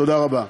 תודה רבה.